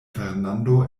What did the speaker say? fernando